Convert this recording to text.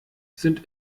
sind